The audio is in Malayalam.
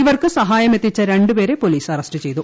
ഇവർക്ക് സഹായമെത്തിച്ച രണ്ടുപേരെ പോലിസ് അറസ്റ്റുചെയതു